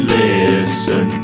listen